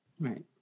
Right